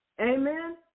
Amen